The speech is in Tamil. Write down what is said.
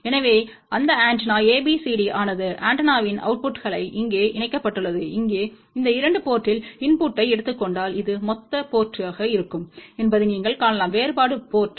எனவே அந்த antenna A B C D ஆனது ஆண்டெனாவின் அவுட்புட்களை இங்கே இணைக்கப்பட்டுள்ளது இங்கே இந்த 2 போர்ட்டில் இன்புட்டை எடுத்துக் கொண்டால் இது மொத்த போர்ட்மாக இருக்கும் என்பதை நீங்கள் காணலாம் வேறுபாடு போர்ட்